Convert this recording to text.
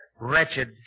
Wretched